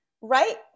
Right